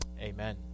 Amen